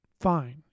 fine